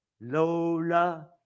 Lola